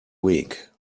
week